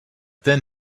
then